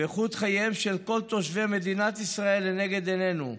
ואיכות חייהם של כל תושבי מדינת ישראל לנגד עינינו,